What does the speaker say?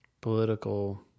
political